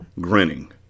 grinning